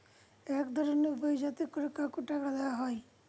এক ধরনের বই যাতে করে কাউকে টাকা দেয়া হয়